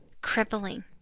crippling